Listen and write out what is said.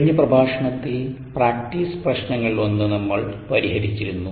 കഴിഞ്ഞ പ്രഭാഷണത്തിൽ പ്രാക്ടീസ് പ്രശ്നങ്ങളിലൊന്ന് നമ്മൾ പരിഹരിച്ചിരുന്നു